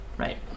Right